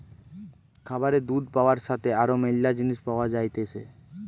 খামারে দুধ পাবার সাথে আরো ম্যালা জিনিস পাওয়া যাইতেছে